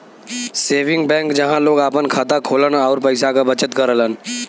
saving bank जहां लोग आपन खाता खोलन आउर पैसा क बचत करलन